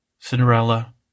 Cinderella